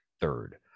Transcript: third